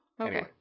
Okay